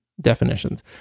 definitions